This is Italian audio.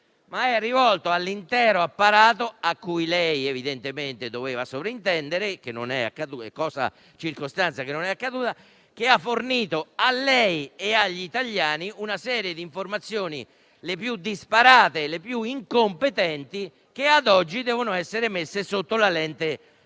è rivolta all'intero apparato a cui lei evidentemente doveva sovrintendere (circostanza che non è accaduta) e che ha fornito a lei e agli italiani una serie di informazioni, le più disparate e le più incompetenti, che ad oggi devono essere messe sotto la lente